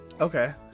Okay